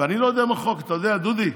ואני לא יודע אם החוק, אתה יודע, דודי,